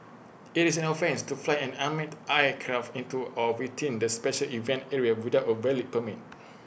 IT is an offence to fly an unmanned aircraft into or within the special event area without A valid permit